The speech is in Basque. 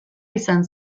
izan